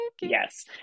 Yes